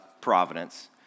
providence